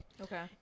Okay